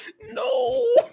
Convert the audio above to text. no